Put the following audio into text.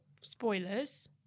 Spoilers